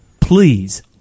please